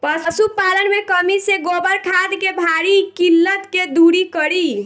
पशुपालन मे कमी से गोबर खाद के भारी किल्लत के दुरी करी?